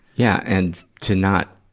yeah. and to not